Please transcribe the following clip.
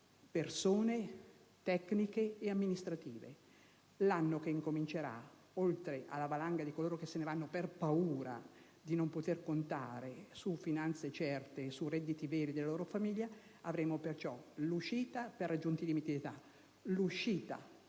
personale tecnico e amministrativo. Nell'anno che incomincerà, oltre alla valanga di coloro che se ne vanno per paura di non poter contare su finanze certe e su redditi veri per la loro famiglia, avremo perciò l'uscita per raggiunti limiti di età e l'uscita